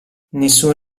nessun